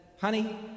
honey